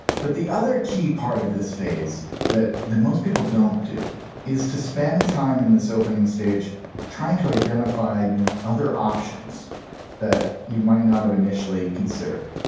but the other key part of this phase that most people don't do is to spend time in this opening stage trying to identify and other options that you might not have initially considered.